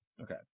Okay